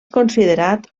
considerat